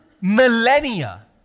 millennia